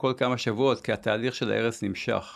כל כמה שבועות כי התהליך של הארץ נמשך